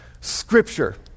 Scripture